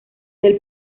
del